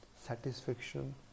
satisfaction